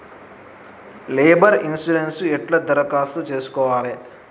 Labour insurance ఎట్ల దరఖాస్తు చేసుకోవాలే?